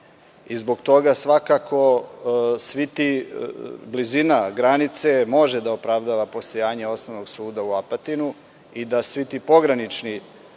i zbog toga svakako blizina granice može da opravdava postojanje osnovnog suda u Apatinu i da svi ti pogranični,